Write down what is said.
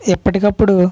ఎప్పటికప్పుడు